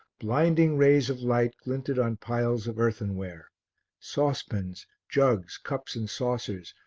blinding rays of light glinted on piles of earthenware saucepans, jugs, cups and saucers,